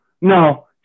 no